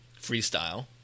freestyle